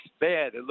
bad